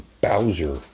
Bowser